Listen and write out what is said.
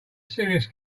serious